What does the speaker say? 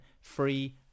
free